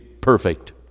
perfect